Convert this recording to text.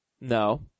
No